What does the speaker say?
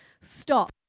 stop